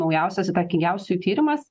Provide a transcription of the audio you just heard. naujausias įtakingiausiųjų tyrimas